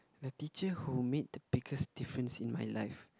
the teacher who made the biggest difference in my life